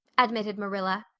admitted marilla.